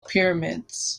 pyramids